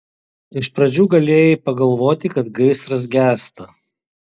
iš pradžių galėjai pagalvoti kad gaisras gęsta